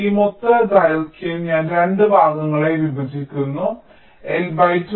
ഈ മൊത്തം ദൈർഘ്യം ഞാൻ 2 ഭാഗങ്ങളായി വിഭജിക്കുന്നു L 2 L 2